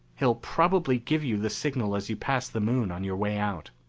he'll probably give you the signal as you pass the moon on your way out.